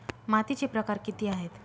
मातीचे प्रकार किती आहेत?